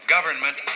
Government